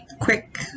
quick